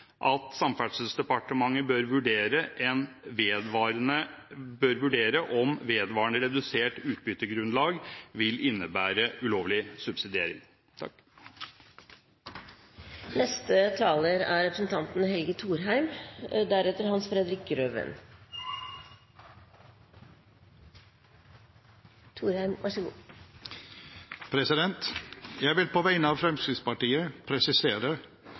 at Samferdselsdepartementet bør vurdere om vedvarende redusert utbyttegrunnlag vil innebære ulovlig subsidiering. Jeg vil på vegne av Fremskrittspartiet presisere at vi deler Høyres tolkning av merknaden til stedlig ledelse og tolker denne som en oppsummering av